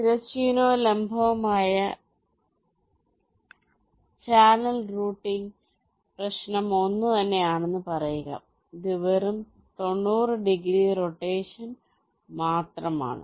തിരശ്ചീനവും ലംബവുമായ channel routing പ്രശ്നം ഒന്നുതന്നെയാണെന്ന് പറയുക ഇത് വെറും 90 ഡിഗ്രി റൊട്ടേഷൻ മാത്രമാണ്